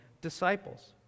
disciples